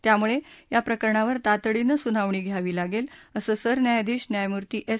त्यामुळे या प्रकरणावर तातडीनं सुनावणी घ्यावी लागेल असं सरन्यायाधीश न्यायमूर्ती एस